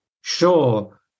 sure